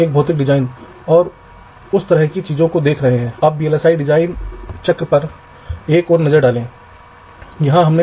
इसलिए कोई संकेत नहीं है मैं VDD और ग्राउंड लाइनों पर एक निरंतर वोल्टेज लागू कर रहा हूं